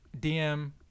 DM